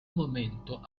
momento